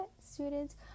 students